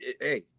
hey